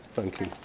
thank you.